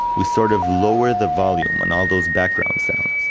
we sort of lower the volume on all those background sounds,